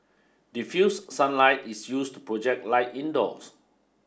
diffused sunlight is used to project light indoors